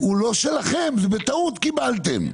הוא לא שלכם, בטעות קיבלתם אותו.